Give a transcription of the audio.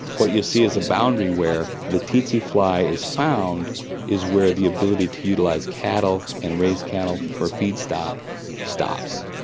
what you see is a boundary where the tsetse fly is found is where the ability to utilise cattle and raise cattle for feedstock stops.